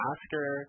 Oscar